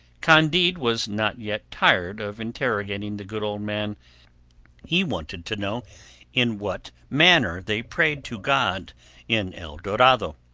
candide was not yet tired of interrogating the good old man he wanted to know in what manner they prayed to god in el dorado.